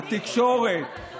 התקשורת,